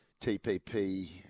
TPP